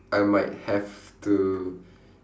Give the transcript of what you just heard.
I might have to